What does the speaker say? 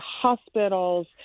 hospitals